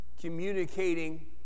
Communicating